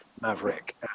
Maverick